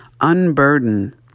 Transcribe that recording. unburden